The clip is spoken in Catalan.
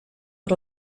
per